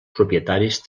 propietaris